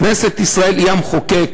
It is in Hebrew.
כנסת ישראל היא המחוקק,